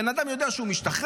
בן אדם יודע שהוא משתחרר,